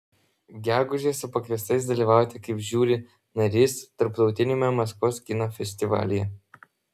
gegužę esu pakviestas dalyvauti kaip žiuri narys tarptautiniame maskvos kino festivalyje